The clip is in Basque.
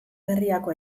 berriako